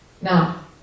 Now